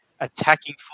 attacking